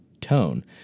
tone